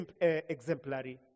exemplary